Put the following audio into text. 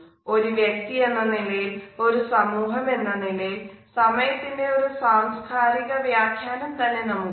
ഒരു വ്യക്ത്തി എന്നെ നിലയിൽ ഒരു സമൂഹം എന്ന നിലയിൽ സമയത്തിന്റെ ഒരു സാംസ്കാരിക വ്യാഖ്യാനം തന്നെ നമുക്കുണ്ട്